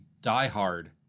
diehard